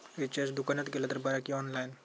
Recharge दुकानात केला तर बरा की ऑनलाइन?